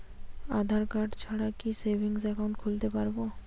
আধারকার্ড ছাড়া কি savings account খুলতে পারব?